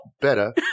better